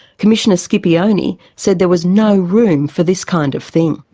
commissioner scipione said there was no room for this kind of thing.